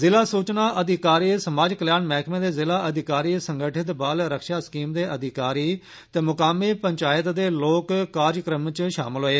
जिला सूचना अधिकारी समाज कल्याण मैहकमे दे जिला अधिकारी संगठित बाल रक्षा स्कीम दे अधिकारी ते मुकामी पंचायत दे लोक कार्जक्रम च शामल होए